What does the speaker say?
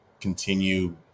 continue